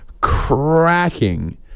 cracking